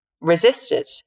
resisted